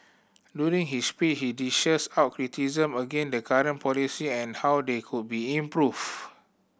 during his speech he dished out criticism against the current policy and how they could be improved